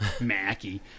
Mackie